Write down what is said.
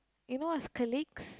you know what is colleagues